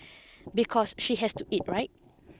because she has to eat right